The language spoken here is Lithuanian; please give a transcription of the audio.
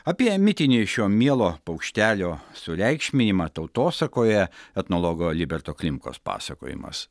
apie mitinį šio mielo paukštelio sureikšminimą tautosakoje etnologo liberto klimkos pasakojimas